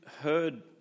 heard